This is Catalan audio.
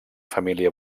família